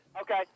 Okay